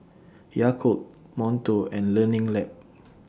Yakult Monto and Learning Lab